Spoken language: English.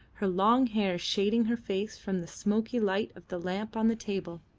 her long hair shading her face from the smoky light of the lamp on the table.